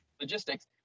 Logistics